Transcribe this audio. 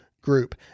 Group